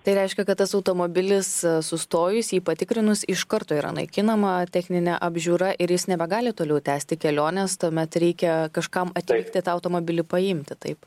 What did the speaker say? tai reiškia kad tas automobilis sustojus jį patikrinus iš karto yra naikinama techninė apžiūra ir jis nebegali toliau tęsti kelionės tuomet reikia kažkam atvykti tą automobilį paimti taip